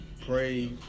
pray